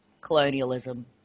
colonialism